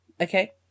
Okay